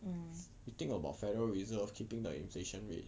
you think about federal reserve keeping the inflation rate